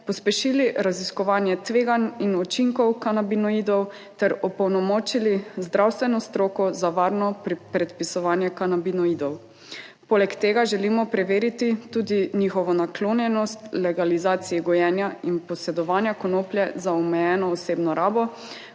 pospešili raziskovanje tveganj in učinkov kanabinoidov ter opolnomočili zdravstveno stroko za varno predpisovanje kanabinoidov. Poleg tega želimo preveriti tudi njihovo naklonjenost legalizaciji gojenja in posedovanja konoplje za omejeno osebno rabo,